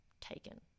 Taken